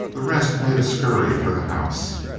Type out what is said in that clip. the rest made a scurry for the house.